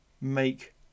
make